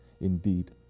indeed